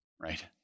right